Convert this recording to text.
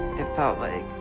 it felt like.